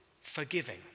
forgiving